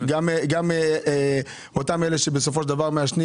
גם אותם אלה שבסופו של דבר מעשנים.